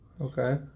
Okay